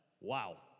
Wow